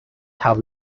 have